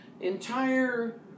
entire